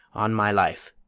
on my life!